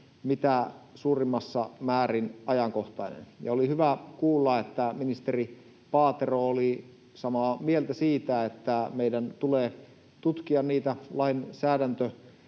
mitä suurimmassa määrin ajankohtainen. Oli hyvä kuulla, että ministeri Paatero oli samaa mieltä siitä, että meidän tulee tutkia niitä lainsäädäntötarpeita,